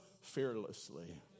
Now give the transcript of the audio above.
fearlessly